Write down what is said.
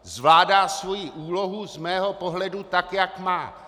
Zvládá svoji úlohu z mého pohledu tak, jak má.